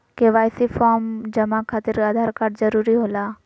KYC form जमा खातिर Aadhaar card जरूरी होला?